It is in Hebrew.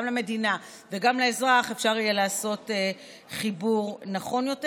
גם למדינה וגם לאזרח אפשר יהיה לעשות חיבור נכון יותר,